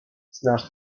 znasz